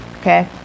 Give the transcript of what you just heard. okay